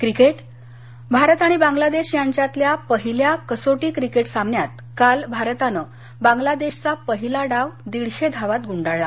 cricket Bharat आणि बांग्लादेश यांच्यातल्या पहिल्या कसोटी क्रिकेट सामन्यात काल भारतानं बांग्लादेशचा पहिला डाव दीडशे धावात गुंडाळला